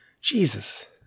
Jesus